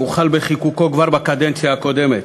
הוחל בחיקוקו כבר בקדנציה הקודמת.